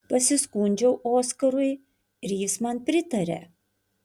pasiskundžiau oskarui ir jis man pritarė